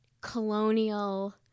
colonial